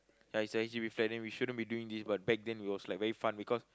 like is actually we planning we shouldn't be doing this but back then it was like very fun because